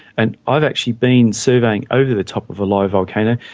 and i've actually been surveying over the top of a live volcano,